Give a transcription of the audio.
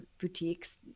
boutiques